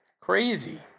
Crazy